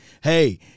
hey